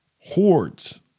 hordes